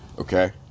Okay